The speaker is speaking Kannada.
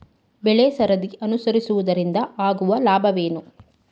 ಬೆಳೆಸರದಿ ಅನುಸರಿಸುವುದರಿಂದ ಆಗುವ ಲಾಭವೇನು?